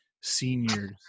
seniors